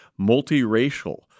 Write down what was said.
multiracial